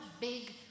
big